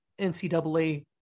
ncaa